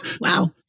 Wow